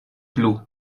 plu